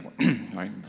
right